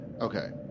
Okay